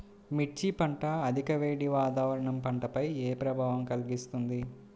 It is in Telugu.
మిర్చి పంట అధిక వేడి వాతావరణం పంటపై ఏ ప్రభావం కలిగిస్తుంది?